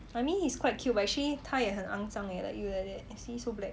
I mean he's quite cute but actually 他也很肮脏 leh like you like that